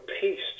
peace